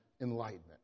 enlightenment